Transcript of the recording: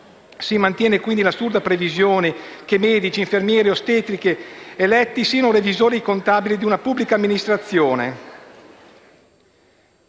Si mantiene quindi l'assurda previsione che medici, infermieri e ostetriche eletti siano revisori contabili di una pubblica amministrazione.